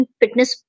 fitness